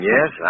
Yes